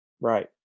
Right